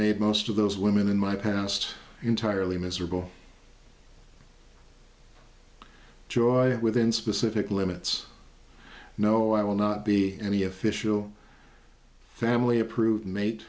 made most of those women in my past entirely miserable joy within specific limits no i will not be any official family approved mate